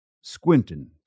squinting